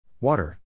water